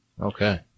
Okay